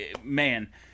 Man